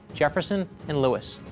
jefferson and lewis.